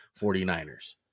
49ers